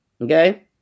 Okay